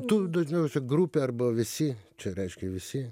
tu dažniausia grupė arba visi čia reiškia visi